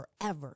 forever